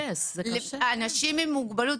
ואנשים עם מוגבלות,